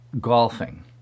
golfing